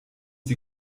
die